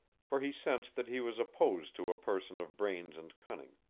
for he sensed that he was opposed to a person of brains and cunning,